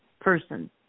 person